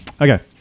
Okay